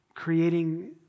creating